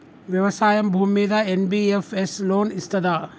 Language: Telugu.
వ్యవసాయం భూమ్మీద ఎన్.బి.ఎఫ్.ఎస్ లోన్ ఇస్తదా?